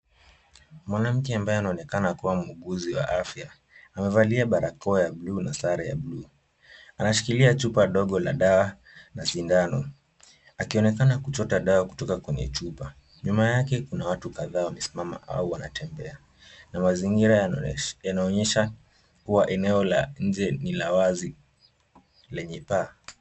Mwanamke ambaye anaonekana kama muuguzi wa afya. Amevalia barakoa ya blue sare ya blue .Anashikilia chupa dogo la dawa na sindano, akionekana kuchota dawa kutoka kwenye chupa. Nyuma yake kuna watu kadhaa wamesimama au wanatembea. Na mazingira yanaonyesha kuwa eneo la nje nilawazi, lenye paa.